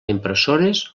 impressores